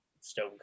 Stone